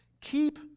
keep